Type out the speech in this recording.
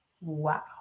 Wow